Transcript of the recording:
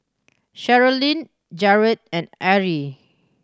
Sherilyn Jarett and Arrie